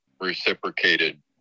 reciprocated